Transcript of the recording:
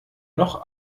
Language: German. noch